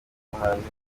muhanzi